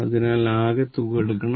അതിനാൽ ആകെ തുക എടുക്കണം